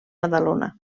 badalona